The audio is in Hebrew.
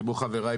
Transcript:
כמו חבריי,